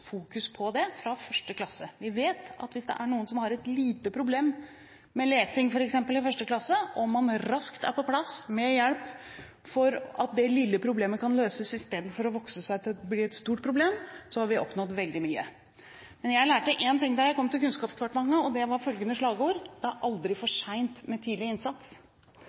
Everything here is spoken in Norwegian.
på det fra 1. klasse. Vi vet at hvis det er noen som har et lite problem med f.eks. lesing i 1. klasse, og man raskt er på plass med hjelp for at det lille problemet kan løses istedenfor å vokse seg til å bli et stort problem, har vi oppnådd veldig mye. Jeg lærte én ting da jeg kom til Kunnskapsdepartementet, og det var følgende slagord: Det er aldri for sent med tidlig innsats.